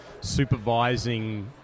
supervising